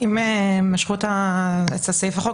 אם משכו את הסעיף בחוק,